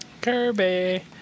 Kirby